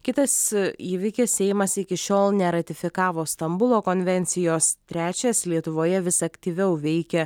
kitas įvykis seimas iki šiol neratifikavo stambulo konvencijos trečias lietuvoje vis aktyviau veikia